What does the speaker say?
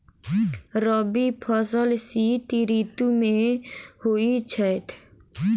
रबी फसल शीत ऋतु मे होए छैथ?